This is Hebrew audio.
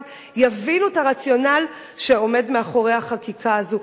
יבינו את הרציונל שעומד מאחורי החקיקה הזאת.